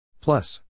Plus